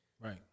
Right